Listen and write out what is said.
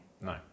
no